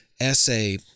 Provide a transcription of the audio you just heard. essay